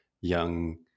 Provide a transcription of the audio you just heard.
young